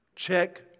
Check